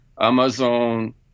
Amazon